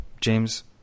james